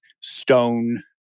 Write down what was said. stone